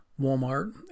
Walmart